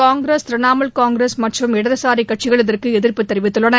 காங்கிரஸ் திரணாமுல் காங்கிரஸ் மற்றும் இடதுசாரி கட்சிகள் இதற்கு எதிர்ப்பு தெரிவித்துள்ளன